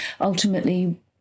ultimately